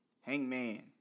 Hangman